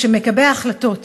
ושמקבלי ההחלטות,